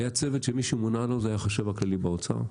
זה היה צוות שמי שמונה אליו היה החשב הכללי באוצר,